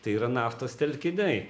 tai yra naftos telkiniai